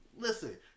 Listen